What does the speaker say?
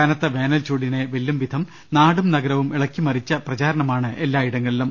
കനത്ത വേനൽചൂടിനെ വെല്ലും വിധം നാടും നഗരവും ഇളക്കിമറിച്ച പ്രചാരണമാണ് എല്ലായിടങ്ങളി ലും